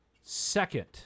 Second